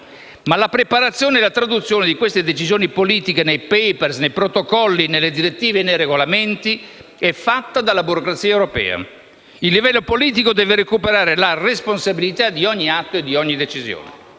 Ma la preparazione e la traduzione di queste decisioni politiche nei *paper*, nei protocolli, nelle direttive e nei regolamenti è fatta dalla burocrazia europea: il livello politico deve dunque recuperare la responsabilità di ogni atto e di ogni decisione.